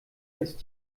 ist